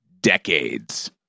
decades